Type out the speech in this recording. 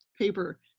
paper